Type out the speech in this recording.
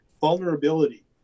vulnerability